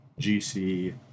GC